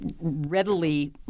readily